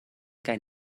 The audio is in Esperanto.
kaj